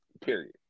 period